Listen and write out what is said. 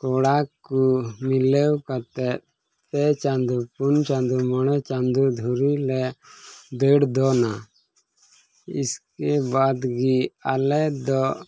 ᱠᱚᱲᱟ ᱠᱚ ᱢᱤᱞᱟᱹᱣ ᱠᱟᱛᱮᱫ ᱯᱮ ᱪᱟᱸᱫᱚ ᱯᱩᱱ ᱪᱟᱸᱫᱚ ᱢᱚᱬᱮ ᱪᱟᱸᱫᱚ ᱫᱷᱚᱨᱮ ᱞᱮ ᱫᱟᱹᱲ ᱫᱚᱱᱟ ᱤᱥᱠᱮᱵᱟᱫᱽ ᱜᱮ ᱟᱞᱮ ᱫᱚ